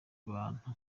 bantu